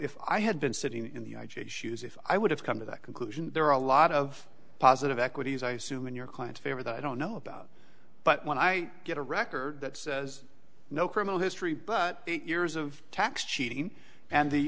if i had been sitting in the i j a shoes if i would have come to that conclusion there are a lot of positive equities i assume in your clients favor that i don't know about but when i get a record that says no criminal history but years of tax cheating and the